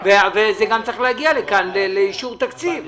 וזה גם צריך להגיע לכאן לאישור תקציב.